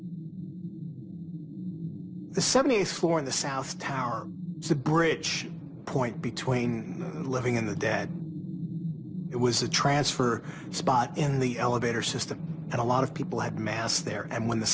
the seventy eighth floor in the south tower the bridge point between living in the dead it was a transfer spot in the elevator system and a lot of people had mass there and when the